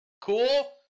cool